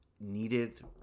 needed